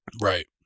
Right